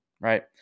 Right